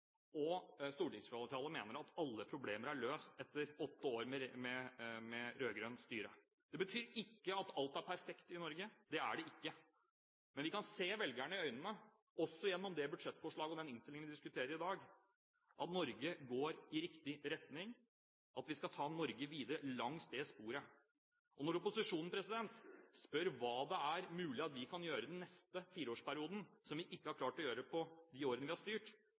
at stortingsflertallet mener at alle problemer er løst etter åtte år med rød-grønt styre. Det betyr ikke at alt er perfekt i Norge, det er det ikke. Men vi kan se velgerne i øynene, også gjennom det budsjettforslaget og den innstillingen vi diskuterer i dag, ved at Norge går i riktig retning, at vi skal ta Norge videre langs det sporet. Når opposisjonen spør hva som er mulig for oss å gjøre den neste fireårsperioden som vi ikke har klart å gjøre på de årene vi har styrt,